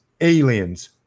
aliens